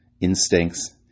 instincts